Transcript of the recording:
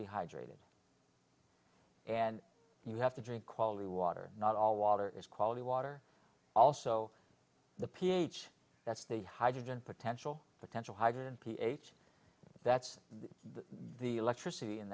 be hydrated and you have to drink quality water not all water is quality water also the ph that's the hydrogen potential potential hydrogen ph that's the electricity in